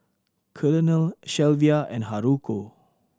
Colonel Shelvia and Haruko